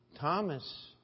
Thomas